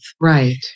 Right